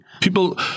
People